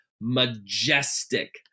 majestic